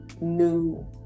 new